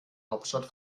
hauptstadt